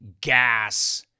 gas